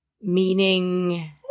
Meaning